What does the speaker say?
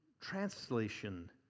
translation